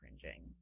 cringing